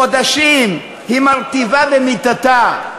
חודשים, מרטיבה במיטתה.